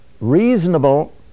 reasonable